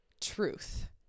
truth